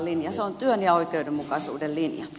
se on työn ja oikeudenmukaisuuden linja